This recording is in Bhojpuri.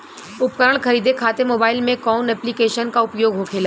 उपकरण खरीदे खाते मोबाइल में कौन ऐप्लिकेशन का उपयोग होखेला?